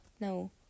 No